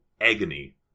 agony